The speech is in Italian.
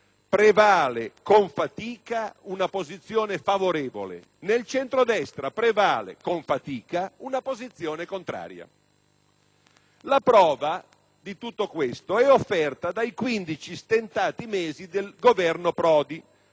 prevale con fatica una posizione favorevole; nel centrodestra prevale con fatica una posizione contraria. La prova di tutto ciò è offerta dai 15 stentati mesi del Governo Prodi